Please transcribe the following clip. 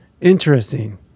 Interesting